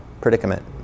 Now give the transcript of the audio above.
predicament